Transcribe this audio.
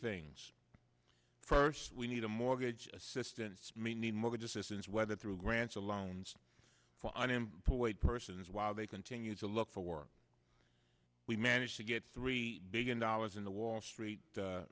things first we need a mortgage assistance meaning mortgage assistance whether through grants or loans for unemployed persons while they continue to look for work we managed to get three billion dollars in the wall street